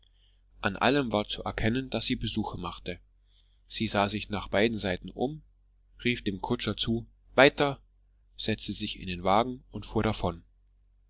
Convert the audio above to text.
an allem war zu erkennen daß sie besuche machte sie sah sich nach beiden seiten um rief dem kutscher zu weiter setzte sich in den wagen und fuhr davon